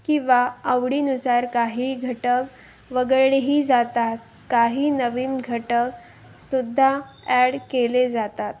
किंवा आवडीनुसार काही घटक वगळलेही जातात काही नवीन घटक सुद्धा ॲड केले जातात